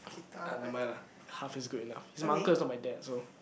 I never mind lah half is good enough he's my uncle he's not my dad so